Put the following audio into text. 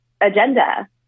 agenda